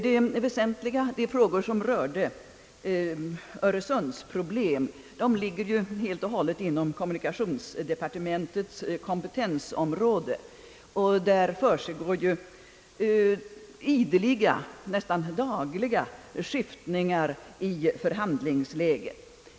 De väsentliga frågor som rörde öresundsproblemen ligger ju helt och hållet inom <:kommunikationsdepartementets kompetensområde. Där försiggår ideliga, nästan dagliga skiftningar i under handlingsläget.